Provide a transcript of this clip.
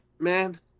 man